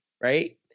right